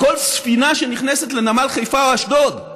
בכל ספינה שנכנסת לנמל חיפה או אשדוד,